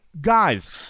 guys